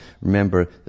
Remember